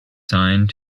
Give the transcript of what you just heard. signed